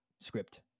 script